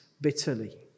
bitterly